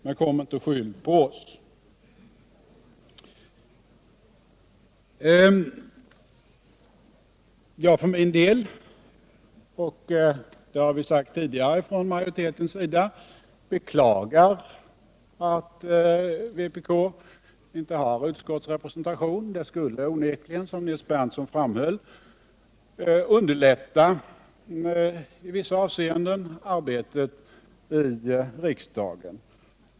Men skyll inte på oss! Jag för min del beklagar — och det har sagts tidigare från majoritetens sida — att vpk inte har utskottsrepresentation. Det skulle onekligen, som Nils Berndtson framhöll, i vissa avseenden underlätta arbetet i riksdagen.